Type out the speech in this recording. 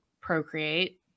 procreate